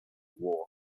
war